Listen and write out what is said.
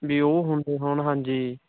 ਵੀ ਉਹ ਹੁੰਦੇ ਹੋਣ ਹਾਂਜੀ